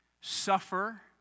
suffer